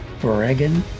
Bregan